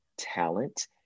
talent